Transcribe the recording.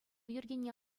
йӗркене